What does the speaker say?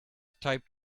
type